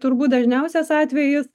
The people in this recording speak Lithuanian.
turbūt dažniausias atvejis